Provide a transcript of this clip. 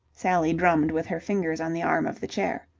sally drummed with her fingers on the arm of the chair.